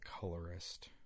colorist